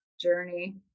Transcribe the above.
journey